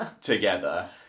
together